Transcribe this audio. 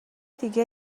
دیگه